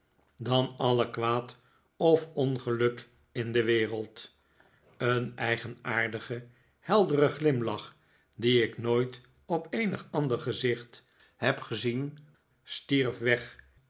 dan alle kwaad of ongeluk in de wereld een eigenaardige heldere glimlach dien ik nooit op eenig ander gezicht heb gezien stierf weg